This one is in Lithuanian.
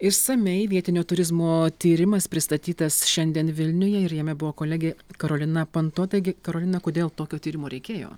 išsamiai vietinio turizmo tyrimas pristatytas šiandien vilniuje ir jame buvo kolegė karolina panto taigi karolina kodėl tokio tyrimo reikėjo